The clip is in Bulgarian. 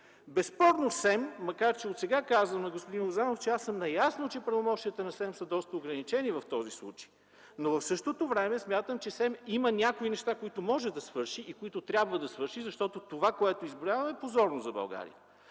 Безспорно СЕМ, макар че отсега казвам на господин Лозанов, че аз съм наясно, че правомощията на СЕМ са доста ограничени в този случай, но в същото време смятам, че СЕМ има някои неща, които може и трябва да свърши. Защото това, което изброявам, е позорно за България.